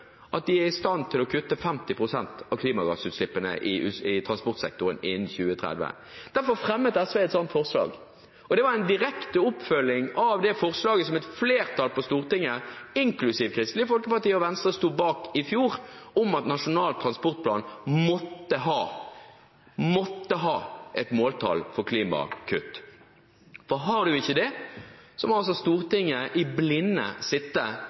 at de er i stand til å kutte 50 pst. av klimagassutslippene i transportsektoren innen 2030. Derfor fremmet SV et slikt forslag, og det var en direkte oppfølging av det forslaget som et flertall på Stortinget, inklusiv Kristelig Folkeparti og Venstre, sto bak i fjor, om at Nasjonal transportplan måtte ha et måltall for klimakutt. Har man ikke det, må Stortinget sitte i